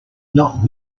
not